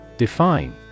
Define